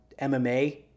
MMA